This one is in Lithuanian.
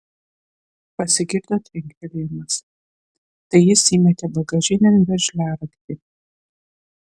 pasigirdo trinktelėjimas tai jis įmetė bagažinėn veržliaraktį